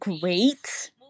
great